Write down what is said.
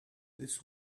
this